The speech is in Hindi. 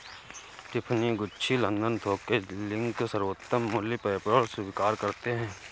टिफ़नी, गुच्ची, लंदन थोक के लिंक, सर्वोत्तम मूल्य, पेपैल स्वीकार करते है